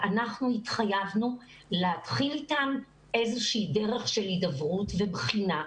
ואנחנו התחייבנו להתחיל איתם איזה שהיא דרך של הידברות ובחינה,